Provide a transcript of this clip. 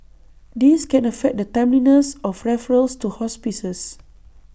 this can affect the timeliness of referrals to hospices